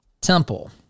temple